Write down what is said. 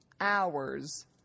hours